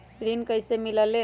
ऋण कईसे मिलल ले?